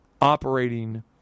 operating